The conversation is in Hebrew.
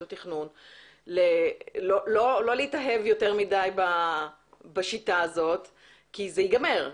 התכנון לא להתאהב יותר מדי בשיטה הזאת כי זה ייגמר,